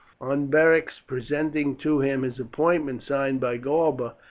on beric's presenting to him his appointment, signed by galba,